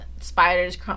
Spiders